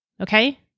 okay